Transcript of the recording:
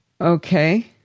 Okay